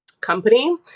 company